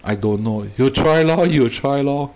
I don't know you try lor you try lor